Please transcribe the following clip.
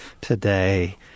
today